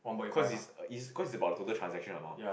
cause it's it's cause it's about the total transaction amount